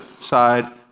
side